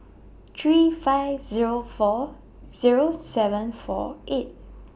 three five Zero four Zero seven four eight